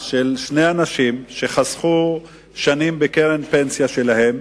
לשני אנשים שחסכו שנים בקרן פנסיה שלהם,